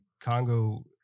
Congo